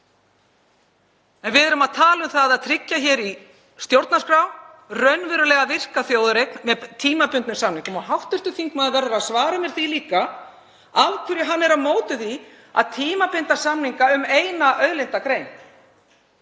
En við erum að tala um að tryggja í stjórnarskrá raunverulega virka þjóðareign með tímabundnum samningum og hv. þingmaður verður að svara mér því líka af hverju hann er á móti því að tímabinda samninga um eina auðlindagrein.